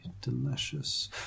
delicious